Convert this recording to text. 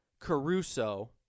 Caruso